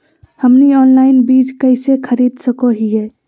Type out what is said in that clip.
हमनी ऑनलाइन बीज कइसे खरीद सको हीयइ?